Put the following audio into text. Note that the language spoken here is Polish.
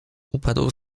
upadł